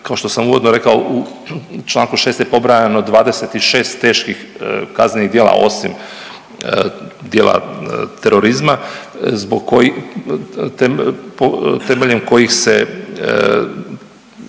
kao što sam uvodno rekao u Članku 6. je pobrojano 26 teških kaznenih djela osim djela terorizma zbog kojih, temeljem kojih se